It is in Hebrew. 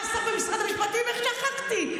אה, שר במשרד המשפטים, איך שכחתי.